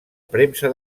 premsa